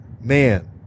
man